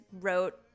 wrote